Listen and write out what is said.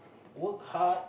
work hard